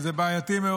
וזה בעייתי מאוד.